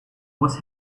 was